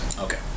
Okay